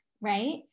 right